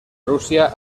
rusia